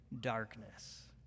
darkness